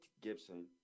Gibson